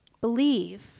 Believe